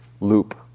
loop